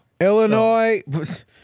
Illinois